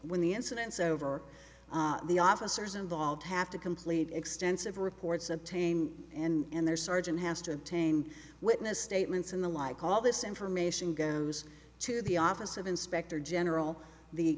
when the incidents over the officers involved have to complete extensive reports of taim and their sergeant has to tame witness statements and the like all this information goes to the office of inspector general the